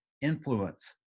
influence